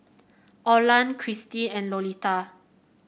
Olan Kristie and Lolita